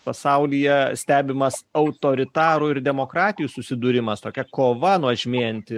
pasaulyje stebimas autoritarų ir demokratijų susidūrimas tokia kova nuožmėjanti